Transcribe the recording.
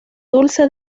dulce